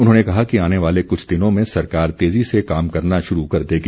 उन्होंने कहा कि आने वाले कुछ दिनों में सरकार तेज़ी से काम करना शुरू कर देगी